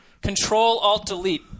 control-alt-delete